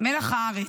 מלח הארץ: